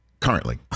currently